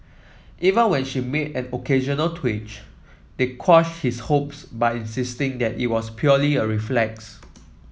even when she made an occasional twitch they quashed his hopes by insisting that it was purely a reflex